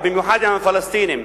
ובמיוחד עם הפלסטינים,